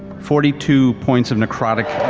forty two points of necrotic